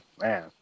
man